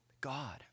God